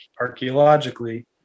archaeologically